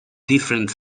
different